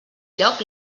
lloc